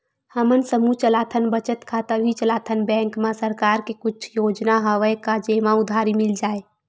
हमन समूह चलाथन बचत खाता भी चलाथन बैंक मा सरकार के कुछ योजना हवय का जेमा उधारी मिल जाय?